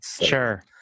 Sure